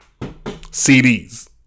CDs